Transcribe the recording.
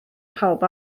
pawb